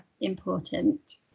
important